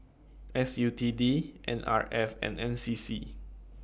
S U T D N R F and N C C